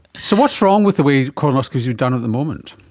so what's wrong with the way colonoscopies are done at the moment?